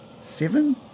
Seven